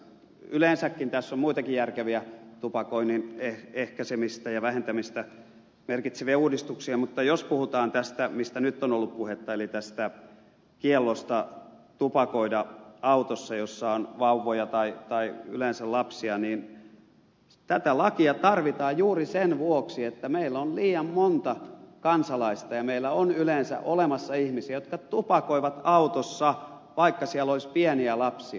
yleensäkin tässä on muitakin järkeviä tupakoinnin ehkäisemistä ja vähentämistä merkitseviä uudistuksia mutta jos puhutaan tästä mistä nyt on ollut puhetta eli tästä kiellosta tupakoida autossa jossa on vauvoja tai yleensä lapsia tätä lakia tarvitaan juuri sen vuoksi että meillä on liian monta kansalaista ja meillä on yleensä olemassa ihmisiä jotka tupakoivat autossa vaikka siellä olisi pieniä lapsia